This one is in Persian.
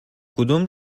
کدوم